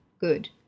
Good